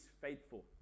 Faithful